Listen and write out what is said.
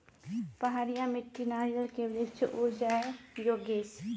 पहाड़िया मिट्टी नारियल के वृक्ष उड़ जाय योगेश?